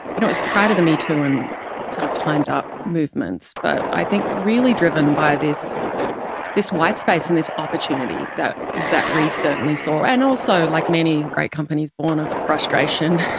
it was prior to the metoo and sort of time's up movements, but i think really driven by this this white space and this opportunity that that reese certainly saw, and also, like many great companies, born of frustration.